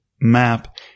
map